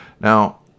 Now